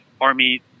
army